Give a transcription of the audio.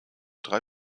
drei